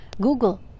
Google